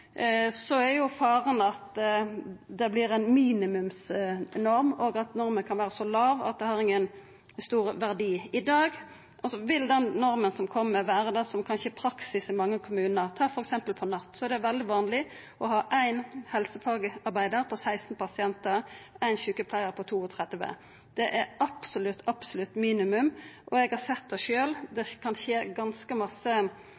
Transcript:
er faren at det vert ei minimumsnorm, og at norma kan vera så låg at ho ikkje har nokon stor verdi. Vil norma som kjem, kanskje vera det same som er praksis i mange kommunar i dag? For eksempel er det om natta veldig vanleg å ha éin helsefagarbeidar per 16 pasientar og éin sjukepleiar per 32. Det er eit absolutt minimum, og eg har sjølv sett at det